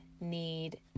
need